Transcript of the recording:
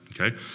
Okay